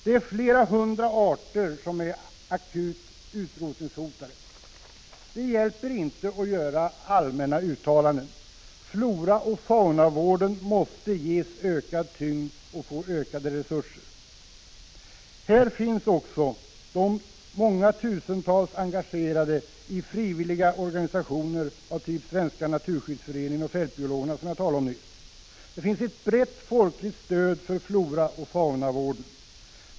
Det är flera hundra arter som är akut utrotningshotade. Det hjälper inte att göra allmänna uttalanden. Floraoch faunavården måste ges ökad tyngd och få ökade resurser. Här finns också de tusentals frivilligt engagerade i organisationer av typ Svenska naturskyddsföreningen och Fältbiologerna, som jag talade om nyss. Det finns ett brett folkligt stöd för floraoch faunavården.